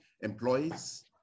employees